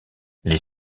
les